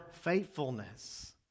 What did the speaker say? faithfulness